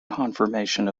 confirmation